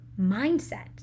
mindset